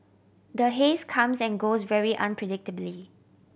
the haze comes and goes very unpredictably